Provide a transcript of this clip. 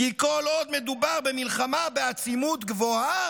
"כי כל עוד מדובר במלחמה בעצימות גבוהה,